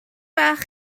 bach